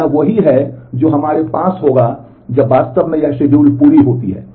तो यह वही है जो हमारे पास होगा जब वास्तव में यह शिड्यूल पूरी होती है